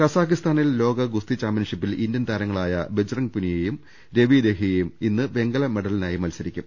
കസാഖിസ്ഥാനിൽ ലോക ഗുസ്തി ചാമ്പ്യൻഷിപ്പിൽ ഇന്ത്യൻ താര ങ്ങളായ ബജ്റങ് പുനിയയും രവി ദഹിയയും ഇന്ന് വെങ്കലമെഡ ലിനായി മത്സരിക്കും